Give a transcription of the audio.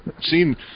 seen